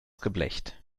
geblecht